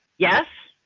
yes,